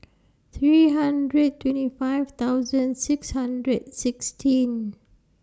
three hundred twenty five thousand six hundred sixteen